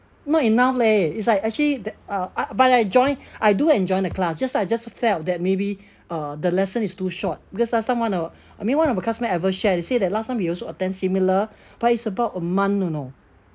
not enough leh it's like actually the uh but I join I do enjoy the class just like just felt that maybe uh the lesson is too short because last time one of I mean one of the classmates I ever share he say that last time he also attend similar but it's about a month you know